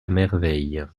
merveille